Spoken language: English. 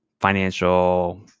financial